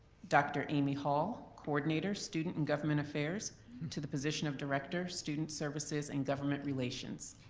dr. amy hall, coordinator, student and government affairs to the position of director, student services and government relations.